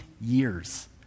years